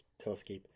Telescope